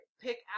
pick